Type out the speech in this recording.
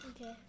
Okay